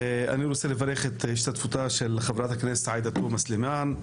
אני רוצה לברך את השתתפותה של חברת הכנסת עאידה תומא סלימאן.